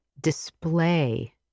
display